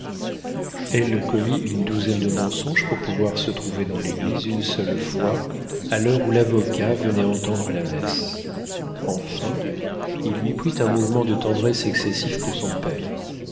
elle commit une douzaine de mensonges pour pouvoir se trouver dans l'église une seule fois à l'heure où l'avocat venait entendre la messe enfin il lui prit un mouvement de tendresse excessif pour son père